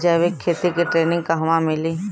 जैविक खेती के ट्रेनिग कहवा मिली?